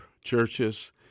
churches